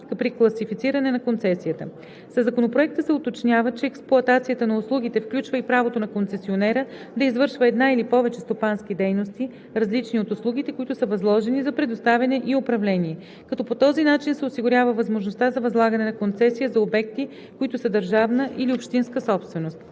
при класифициране на концесията. Със Законопроекта се уточнява, че експлоатацията на услугите включва и правото на концесионера да извършва една или повече стопански дейности, различни от услугите, които са възложени за предоставяне и управление, като по този начин се осигурява възможността за възлагане на концесия за обекти, които са държавна или общинска собственост.